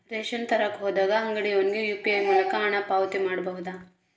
Ration ತರಕ ಹೋದಾಗ ಅಂಗಡಿಯವನಿಗೆ ಯು.ಪಿ.ಐ ಮೂಲಕ ಹಣ ಪಾವತಿ ಮಾಡಬಹುದಾ?